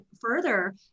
further